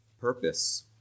purpose